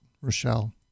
Rochelle